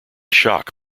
shock